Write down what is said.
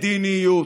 מדיניות.